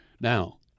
Now